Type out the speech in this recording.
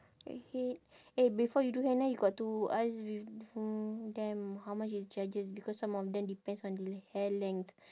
redhead eh before you do henna you got to ask with them how much is charges because some of them depends on the hair length